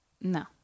No